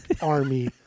army